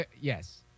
yes